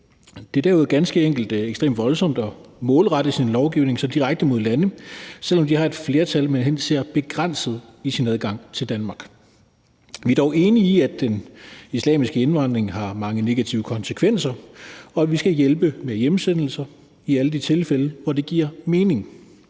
Det er derudover ganske enkelt ekstremt voldsomt at målrette sin lovgivning så direkte mod lande, selv om de har et flertal, hvis adgang til Danmark man helst ser begrænset. Vi er dog enige i, at den islamiske indvandring har mange negative konsekvenser, og at vi skal hjælpe med hjemsendelser i alle de tilfælde, hvor det giver mening.